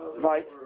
Right